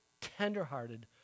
tenderhearted